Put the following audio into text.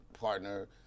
partner